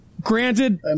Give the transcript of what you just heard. Granted